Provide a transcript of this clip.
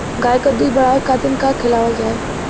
गाय क दूध बढ़ावे खातिन का खेलावल जाय?